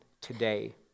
today